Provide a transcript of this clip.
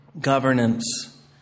governance